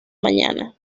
mañana